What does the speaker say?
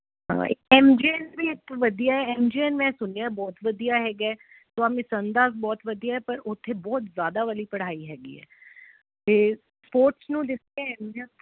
ਹਾਂ ਏਂਜਲ ਵੀ ਇੱਕ ਵਧੀਆ ਏਂਜਨ ਮੈਂ ਸੁਣਿਆ ਬਹੁਤ ਵਧੀਆ ਹੈਗਾ ਤੋ ਮਸੰਦਾ ਬਹੁਤ ਵਧੀਆ ਪਰ ਉਥੇ ਬਹੁਤ ਜਿਆਦਾ ਵਾਲੀ ਪੜ੍ਹਾਈ ਹੈਗੀ ਹ ਤੇ ਸਪੋਰਟਸ ਨੂੰ ਦਿੱਤਾ ਅਹਿਮੀਅਤ